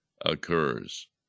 occurs